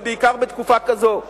ובעיקר בתקופה כזאת.